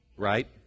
Right